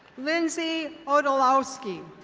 lindsay odlewski.